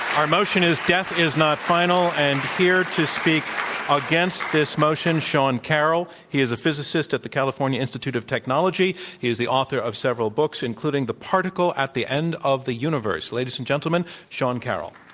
our motion is death is not final. and here to speak against this motion, sean caroll. he is a physicist at the california institute of technology. he is the author of several books, including the particle at the end of the universe. ladies and gentlemen, sean caroll.